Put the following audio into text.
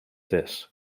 this